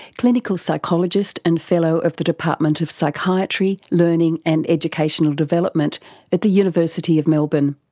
clinical psychologist and fellow of the department of psychiatry, learning and educational development at the university of melbourne.